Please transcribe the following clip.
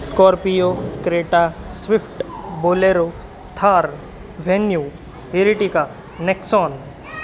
Scorpio Creta Swift Bolero Thar Venue वेरिटिका Nexon